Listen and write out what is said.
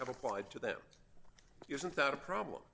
have applied to them isn't that a problem